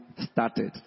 started